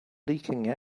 leaking